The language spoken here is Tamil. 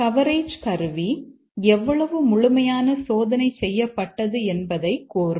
கவரேஜ் கருவி எவ்வளவு முழுமையான சோதனை செய்யப்பட்டது என்பதைக் கூறும்